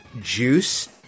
juice